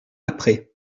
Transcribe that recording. après